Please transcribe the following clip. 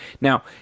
Now